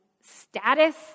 status